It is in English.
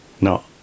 No